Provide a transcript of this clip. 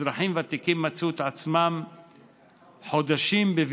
אזרחים ותיקים מצאו את עצמם בבידוד חודשים.